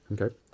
Okay